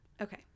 Okay